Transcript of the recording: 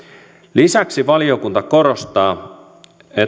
lisäksi valiokunta korostaa